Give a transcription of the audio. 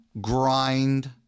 grind